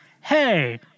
hey –